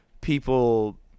people